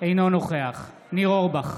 אינו נוכח ניר אורבך,